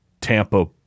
Tampa